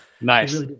Nice